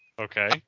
Okay